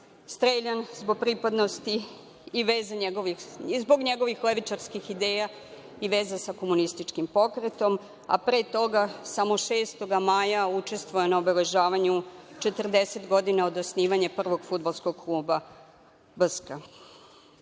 streljan zbog pripadnosti i zbog njegovih levičarskih ideja i veze sa komunističkim pokretom, a pre toga samo 6. maja učestvuje na obeležavanju 40 godina od osnivanja prvog fudbalskog kluba